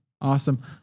Awesome